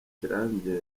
kirambye